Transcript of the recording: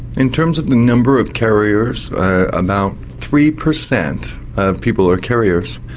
in terms of the number of carriers, about three per cent of people are carriers.